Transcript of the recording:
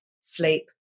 Sleep